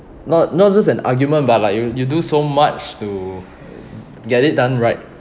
not not just an argument but like you you do so much to get it done right